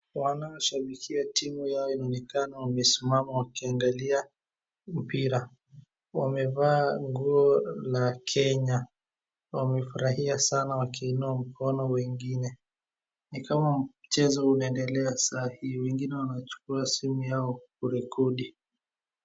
Wanaoshabikia timu yao inaonekana wamesimama wakiangalia mpira wamevaa nguo la Kenya wamefurahia sana wakiinua mkono wengine, ni kama mchezo unaendelea sahii wengine wanachukua simu ya kurekodi.